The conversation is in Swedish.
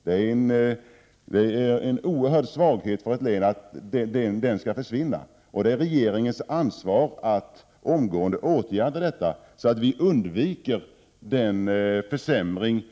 Det är en oerhörd svaghet för ett län att den sovvagnsförbindelsen skall försvinna. Och det är regeringens ansvar att omgående åtgärda detta, så att vi undviker den försämring i vår region som Prot.